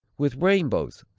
with rainbows,